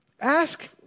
Ask